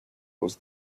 was